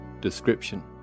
Description